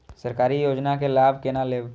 सरकारी योजना के लाभ केना लेब?